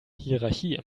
hierarchie